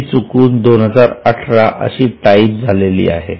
जी चुकून 2018 अशी टाइप झाली आहे